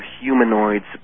humanoids